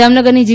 જામનગરની જી